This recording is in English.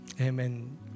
Amen